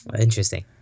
interesting